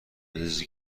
ریزی